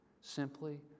simply